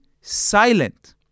silent